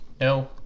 No